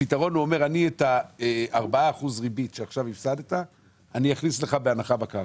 הפתרון אומר אני את ה-4% ריבית שעכשיו הפסדת אני אכניס לך בהנחה בקרקע.